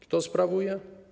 Kto sprawuje?